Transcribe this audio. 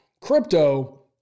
Crypto